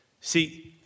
See